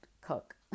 cook